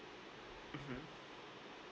mmhmm